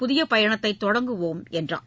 புதிய பயணத்தை தொடங்குவோம் என்றார்